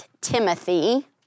Timothy